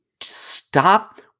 Stop